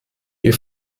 wir